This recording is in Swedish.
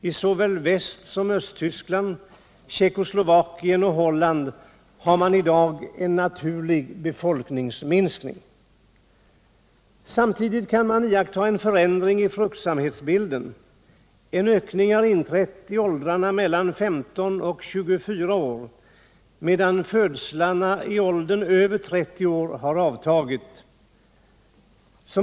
I såväl Västsom Östtyskland, Tjeckoslovakien och Holland har man i dag en naturlig befolkningsminsk Samtidigt kan man iaktta en förändring i fruktsamhetsbilden. En ökning har inträtt i åldrarna 15-24 år medan födslarna i åldern över 30 år har avtagit.